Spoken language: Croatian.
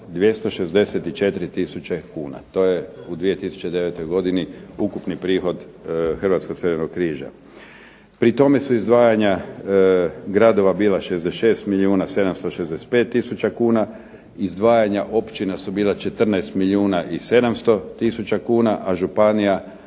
264 tisuće kuna, to je u 2009. godini ukupni prihod Crvenog križa. Pri tome su izdvajanja gradova bila 66 milijuna 765 tisuća kuna, izdvajanja općina su bila 14 milijuna i 700 tisuća kuna, a županija